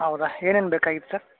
ಹೌದ ಏನೇನು ಬೇಕಾಗಿತ್ತು ಸರ್